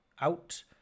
out